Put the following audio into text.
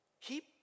Keep